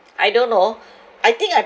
I don't know I think I